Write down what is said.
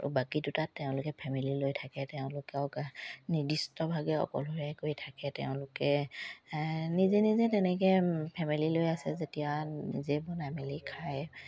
আৰু বাকী দুটাত তেওঁলোকে ফেমিলী লৈ থাকে তেওঁলোকেও নিৰ্দিষ্টভাৱে অকলশৰীয়াকৈ থাকে তেওঁলোকে নিজে নিজে তেনেকে ফেমিলী লৈ আছে যেতিয়া নিজে বনাই মেলি খায়